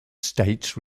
states